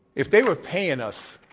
if they were paying us,